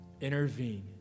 Intervene